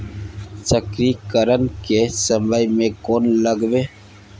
चक्रीकरन के समय में कोन लगबै?